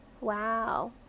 Wow